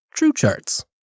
TrueCharts